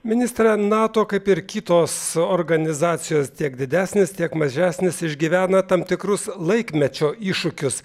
ministre nato kaip ir kitos organizacijos tiek didesnės tiek mažesnės išgyvena tam tikrus laikmečio iššūkius